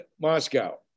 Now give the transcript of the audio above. Moscow